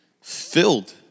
filled